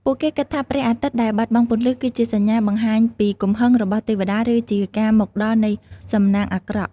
ពួកគេគិតថាព្រះអាទិត្យដែលបាត់បង់ពន្លឺ គឺជាសញ្ញាបង្ហាញពីកំហឹងរបស់ទេវតា ឬជាការមកដល់នៃសំណាងអាក្រក់។